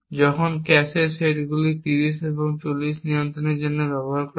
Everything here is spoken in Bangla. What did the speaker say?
যখন ক্যাশে সেট 30 এবং 40 নিয়ন্ত্রণের জন্য ব্যবহৃত হয়